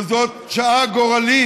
וזאת שעה גורלית.